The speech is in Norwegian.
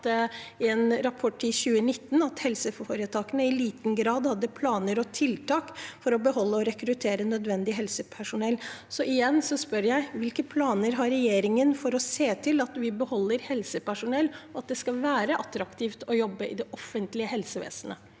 i en rapport i 2019, at helseforetakene i liten grad hadde planer og tiltak for å beholde og rekruttere nødvendig helsepersonell. Så igjen spør jeg: Hvilke planer har regjeringen for å se til at vi beholder helsepersonell, og at det skal være attraktivt å jobbe i det offentlige helsevesenet?